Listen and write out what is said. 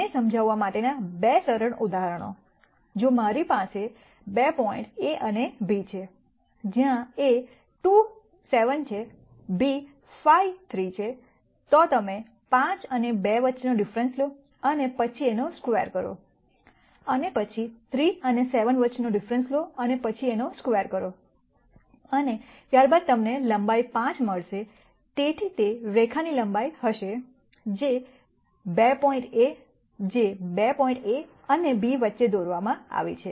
આને સમજાવવા માટેના બે સરળ ઉદાહરણો જો મારી પાસે 2 પોઇન્ટ A અને B છે જ્યાં A 2 7 છે B 5 3 છે તો તમે 5 અને 2 વચ્ચેનો ડિફરન્સ લો અને પછી એનો સ્ક્વેર કરો અને પછી3 અને 7 વચ્ચેનો ડિફરન્સ લો અને પછી એનો સ્ક્વેર કરો અને ત્યારબાદ તમને લંબાઈ 5 મળશે તેથી તે રેખાની લંબાઈ હશે જે 2 પોઇન્ટ A અને B વચ્ચે દોરવામાં આવી છે